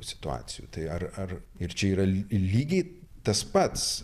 situacijų tai ar ar ir čia yra lygiai tas pats